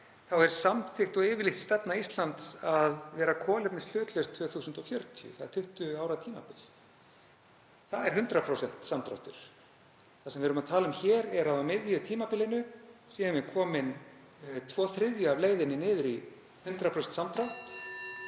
er samþykkt og yfirlýst stefna Íslands að vera kolefnishlutlaust 2040. Það er 20 ára tímabil. Það er 100% samdráttur. Það sem við erum að tala um hér er að á miðju tímabilinu séum við komin tvo þriðju af leiðinni niður í 100% samdrátt,